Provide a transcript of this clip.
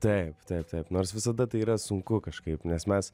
taip taip taip nors visada tai yra sunku kažkaip nes mes